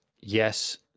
yes